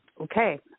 Okay